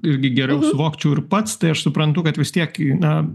irgi geriau suvokčiau ir pats tai aš suprantu kad vis tiek na